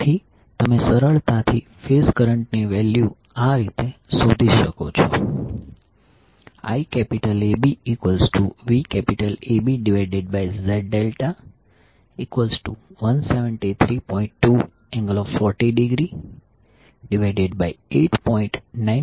તેથી તમે સરળતાથી ફેઝ કરંટ ની વેલ્યુ આ રીતે શોધી શકો છો IABVABZ∆173